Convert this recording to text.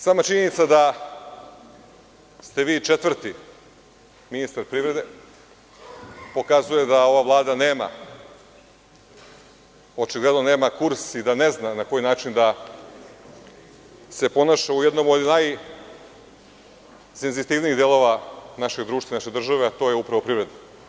Sama činjenica da ste vi četvrti ministar privrede pokazuje da ova Vlada očigledno nema kurs i da ne zna na koji način da se ponaša u jednom od najsenzitivnijih delova našeg društva i naše države, a to je upravo privreda.